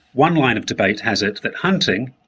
one line of debate has it that hunting,